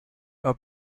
are